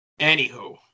anywho